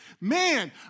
Man